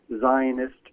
Zionist